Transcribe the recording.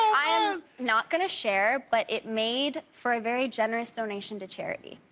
i am not going to share but it made for a very generous donation to charity.